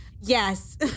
Yes